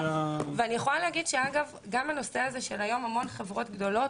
ואני יכולה להגיד שגם בנושא הזה של חברות גדולות היום,